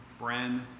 Bren